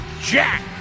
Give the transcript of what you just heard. Jack